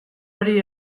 hori